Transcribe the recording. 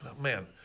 man